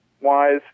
wise